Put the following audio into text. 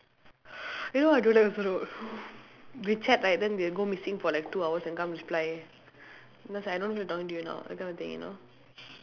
you know I don't like also know wechat right then we'll go missing for like two hours and come reply because I don't want to talk to you now that kind of thing you know